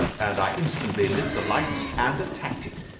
and i instantly lit the light and attacked it.